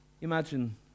Imagine